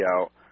out